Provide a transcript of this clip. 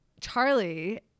Charlie